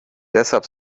deshalb